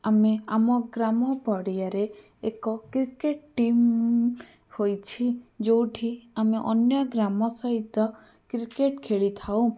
ଆମେ ଆମ ଗ୍ରାମ ପଡ଼ିଆରେ ଏକ କ୍ରିକେଟ ଟିମ ହୋଇଛି ଯେଉଁଠି ଆମେ ଅନ୍ୟ ଗ୍ରାମ ସହିତ କ୍ରିକେଟ ଖେଳିଥାଉ